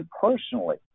personally